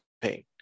pain